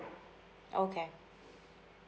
okay